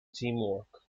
teamwork